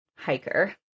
hiker